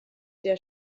der